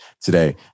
today